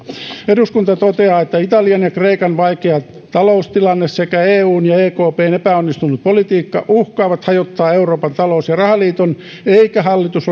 eduskunta toteaa että italian ja kreikan vaikea taloustilanne sekä eun ja ekpn epäonnistunut politiikka uhkaavat hajottaa euroopan talous ja rahaliiton eikä hallitus